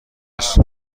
است